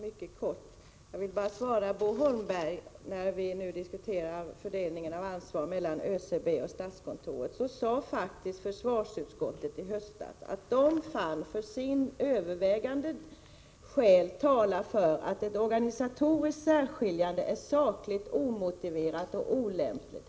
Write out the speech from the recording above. Herr talman! Jag vill bara påpeka för Bo Holmberg, när vi nu diskuterar fördelningen av ansvar mellan ÖCB och statskontoret, att försvarsutskottet i höstas sade att utskottet för sin del fann övervägande skäl tala för att ett organisatoriskt särskiljande var sakligt omotiverat och olämpligt.